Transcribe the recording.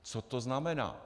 Co to znamená?